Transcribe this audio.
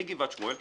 מגבעת שמואל,